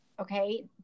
okay